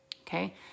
okay